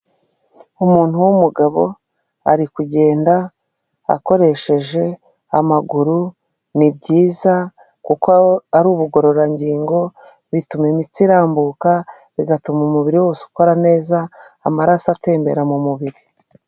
Umuntu w'umugabo ari kugenda akoresheje amaguru, ni byiza kuko ari ubugororangingo, bituma imitsi irambuka, bigatuma umubiri wose ukora neza, amaraso atembera mu mubiri.